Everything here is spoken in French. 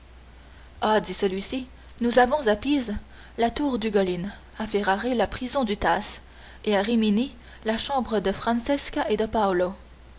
ah dit celui-ci nous avons à pise la tour d'ugolin à ferrare la prison du tasse et à rimini la chambre de franscesca et de